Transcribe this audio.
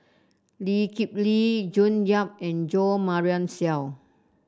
Lee Kip Lee June Yap and Jo Marion Seow